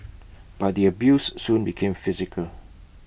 but the abuse soon became physical